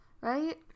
right